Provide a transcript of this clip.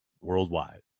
worldwide